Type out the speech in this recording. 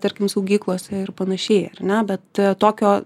tarkim saugyklose ir panašiai ar ne bet tokio